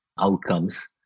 outcomes